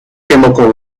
chemical